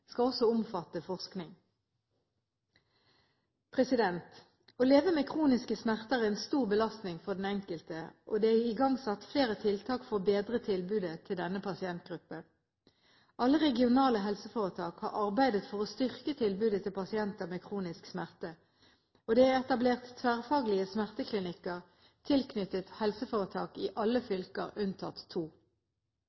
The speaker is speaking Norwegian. skal også omfatte forskning. Å leve med kroniske smerter er en stor belastning for den enkelte, og det er igangsatt flere tiltak for å bedre tilbudet til denne pasientgruppen. Alle regionale helseforetak har arbeidet for å styrke tilbudet til pasienter med kronisk smerte, og det er etablert tverrfaglige smerteklinikker tilknyttet helseforetak i alle